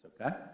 okay